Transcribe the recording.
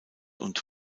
und